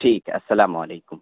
ٹھیک ہے السلام علیکم